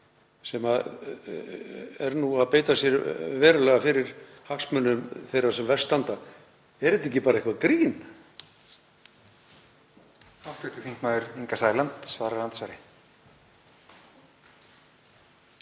sem er nú að beita sér verulega fyrir hagsmunum þeirra sem verst standa: Er þetta ekki bara eitthvert grín?